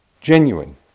genuine